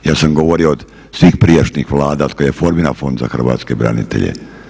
Jer sam govorio od svih prijašnjih vlada od kojih je formiran Fond za hrvatske branitelje.